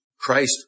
Christ